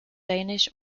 danish